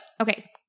okay